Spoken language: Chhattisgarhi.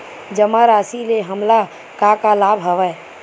जमा राशि ले हमला का का लाभ हवय?